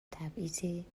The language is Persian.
تبعیضی